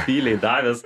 tyliai davęs